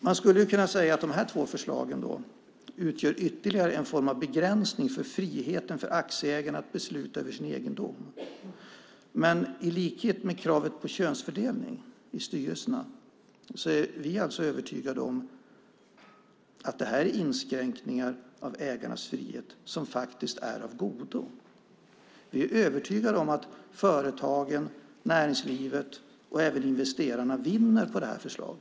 Man skulle kunna säga att dessa två förslag utgör ytterligare en form av begränsning för friheten för aktieägarna att besluta över sin egendom. Men på samma sätt som när det gäller kravet på könsfördelning i styrelserna är vi övertygade om att detta är inskränkningar av ägarnas frihet som faktiskt är av godo. Vi är övertygade om att företagen, näringslivet och även investerarna vinner på detta förslag.